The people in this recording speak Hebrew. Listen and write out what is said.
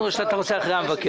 כי מעמד הביניים לא מגיע אליה,